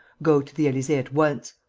go to the elysee at once.